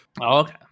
Okay